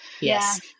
Yes